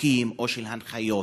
חוקים או של הנחיות,